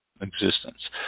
existence